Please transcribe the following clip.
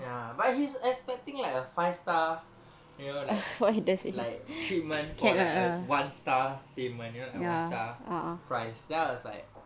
ya but he's expecting like a five star you know like like treatment for like a one star payment err one star price then I was like